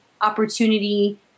opportunity